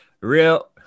real